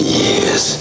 years